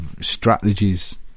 strategies